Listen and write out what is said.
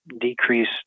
decrease